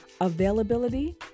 availability